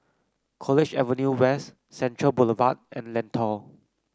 College Avenue West Central Boulevard and Lentor